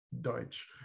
Deutsch